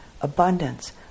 abundance